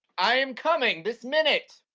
i am coming this minute.